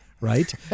Right